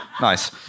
Nice